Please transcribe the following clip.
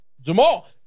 Jamal